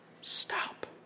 stop